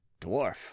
dwarf